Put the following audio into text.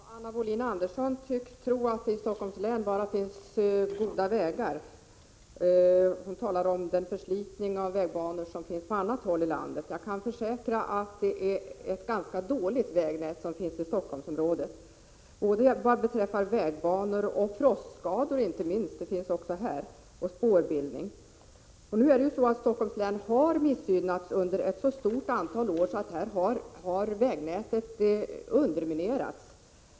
Herr talman! Anna Wohlin-Andersson tycks tro att det i Stockholms län bara finns goda vägar. Hon talade om den förslitning av vägbanor som finns på annat håll i landet. Jag kan försäkra att det är ett ganska dåligt vägnät i Stockholmsområdet vad beträffar vägbanor. Frostskador har vi även här och spårbildning också. Stockholms län har missgynnats under ett så stort antal år att vägnätet har underminerats.